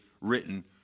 written